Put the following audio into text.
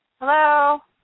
Hello